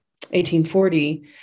1840